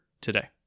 today